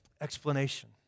explanation